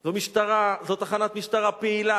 זו תחנת משטרה פעילה.